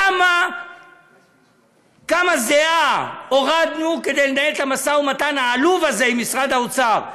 כמה זעה הורדנו כדי לנהל את המשא-ומתן העלוב הזה עם משרד האוצר?